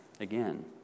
again